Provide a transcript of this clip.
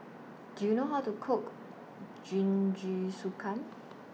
Do YOU know How to Cook Jingisukan